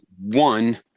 one